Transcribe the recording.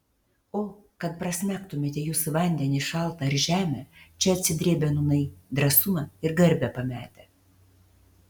o kad prasmegtumėte jūs į vandenį šaltą ar žemę čia atsidrėbę nūnai drąsumą ir garbę pametę